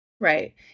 Right